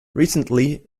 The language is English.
recently